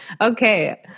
Okay